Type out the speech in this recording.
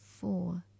four